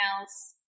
else